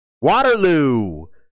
Waterloo